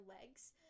legs